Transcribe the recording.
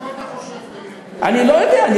למה אתה חושב, תגיד, אני לא יודע.